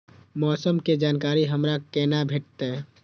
मौसम के जानकारी हमरा केना भेटैत?